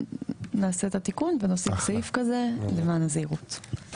נעשה את התיקון ונוסיף סעיף כזה למען הזהירות.